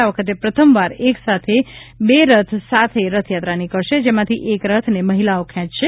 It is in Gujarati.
આ વખતે પ્રથમવાર એક સાથે બે રથ સાથે રથયાત્રા નીકળશે જેમાંથી એક રથને મહિલાઓ ખેંચશે